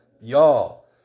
y'all